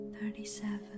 thirty-seven